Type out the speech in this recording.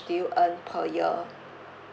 do you earn per year